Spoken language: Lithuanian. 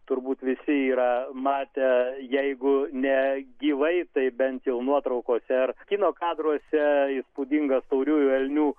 turbūt visi yra matę jeigu ne gyvai tai bent jau nuotraukose ar kino kadruose įspūdingas tauriųjų elnių